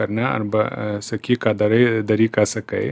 ar ne arba sakyk ką darai daryk ką sakai